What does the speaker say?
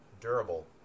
durable